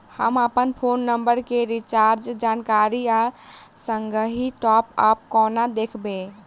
हम अप्पन phone number केँ रिचार्जक जानकारी आ संगहि टॉप अप कोना देखबै?